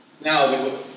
Now